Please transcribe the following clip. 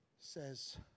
says